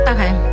Okay